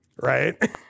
right